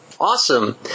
Awesome